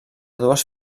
dues